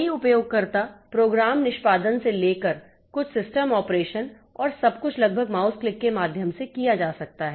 कई उपयोगकर्ता प्रोग्राम निष्पादन से लेकर कुछ सिस्टम ऑपरेशन और सब कुछ लगभग सब माउस क्लिक के माध्यम से किया जा सकता है